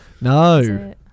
No